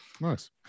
Nice